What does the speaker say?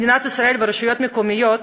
מדינת ישראל והרשויות המקומיות